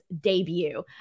debut